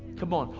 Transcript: come on,